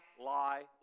lie